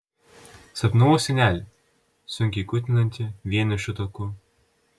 sapnavau senelį sunkiai kiūtinantį vienišu taku